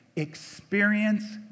Experience